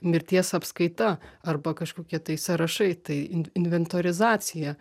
mirties apskaita arba kažkokie tai sąrašai tai inv inventorizacija